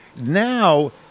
now